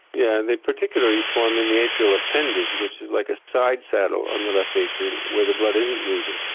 yeah and they particularly form in the atrial appendage which is like a side saddle on the left atrium where the blood isn't moving.